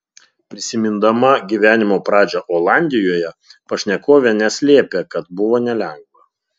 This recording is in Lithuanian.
prisimindama gyvenimo pradžią olandijoje pašnekovė neslėpė kad buvo nelengva